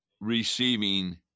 receiving